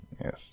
Yes